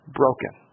broken